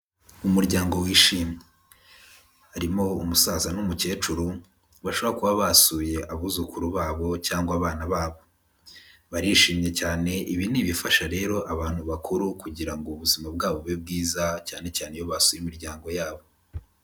Umuryango wishimye, harimo umusaza n'umukecuru, bashobora kuba basuye abuzukuru babo, cyangwa abana babo, barishimye cyane, ibi ni ibifasha rero abantu bakuru kugira ngo ubuzima bwabo bube bwiza, cyane cyane iyo basuye imiryango yabo.